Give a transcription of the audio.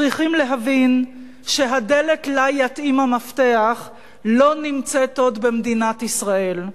צריכים להבין שהדלת שלה יתאים המפתח לא נמצאת עוד במדינת ישראל,